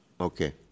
Okay